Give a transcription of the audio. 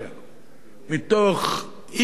מתוך אי-פוליטיקלי-קורקט.